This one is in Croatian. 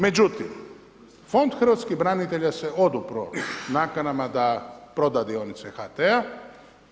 Međutim, Fond hrvatskih branitelja se odupro nakanama da proda dionice HT-a.